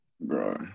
bro